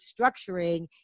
structuring